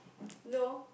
no